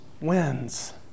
wins